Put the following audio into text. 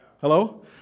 Hello